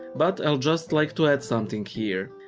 but i'll just like to add something here.